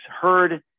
heard